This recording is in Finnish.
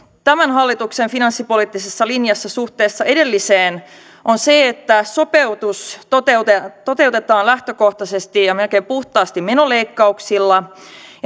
tämän hallituksen finanssipoliittisessa linjassa suhteessa edelliseen on se että sopeutus toteutetaan toteutetaan lähtökohtaisesti ja melkein puhtaasti menoleikkauksilla